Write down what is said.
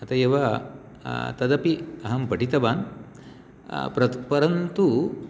अत एव तदपि अहं पठितवान् प्रत् परन्तु